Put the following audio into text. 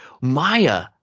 Maya